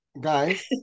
guys